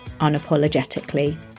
unapologetically